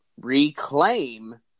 reclaim